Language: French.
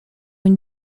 une